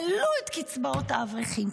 העלו את קצבאות האברכים.